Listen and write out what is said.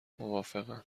موافقم